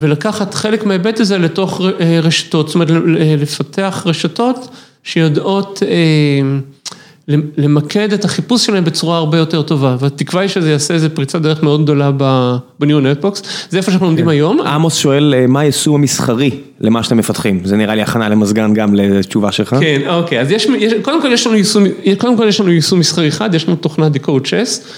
ולקחת חלק מההיבט הזה לתוך רשתות, זאת אומרת, לפתח רשתות שיודעות למקד את החיפוש שלהן בצורה הרבה יותר טובה, והתקווה היא שזה יעשה איזה פריצה דרך מאוד גדולה בניו נטבוקס, זה איפה שאנחנו עומדים היום. עמוס שואל, מה היישום המסחרי למה שאתם מפתחים? זה נראה לי הכנה למזגן גם לתשובה שלך. כן, אוקיי, אז קודם כל יש לנו יישום מסחרי אחד, יש לנו תוכנת Decode Chess,